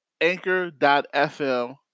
anchor.fm